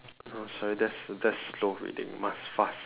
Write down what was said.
no sorry that's that's slow reading must fast